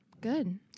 good